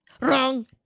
Wrong